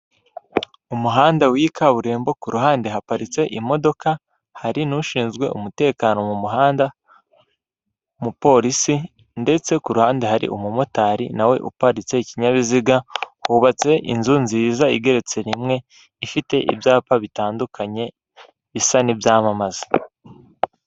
Umuhanda w'iyi kaburimbo kuruhande haparitse imodoka hari n'ushinzwe umutekano mu muhanda, umupolisi ndetse ku ruhande hari umumotari nawe uparitse ikinyabiziga, hubatse inzu nziza igeretse rimwe ifite ibyapa bitandukanye bisa n'ibyamamaza.